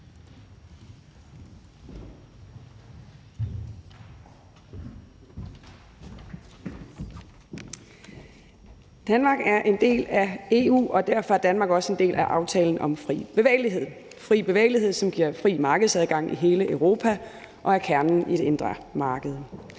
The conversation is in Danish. Danmark er en del af EU, og derfor er Danmark også en del af aftalen om fri bevægelighed – fri bevægelighed, som giver fri markedsadgang i hele Europa og er kernen i det indre marked.